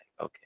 okay